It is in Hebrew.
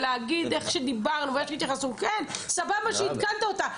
כן, סבבה שעדכנת אותה.